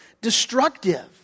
destructive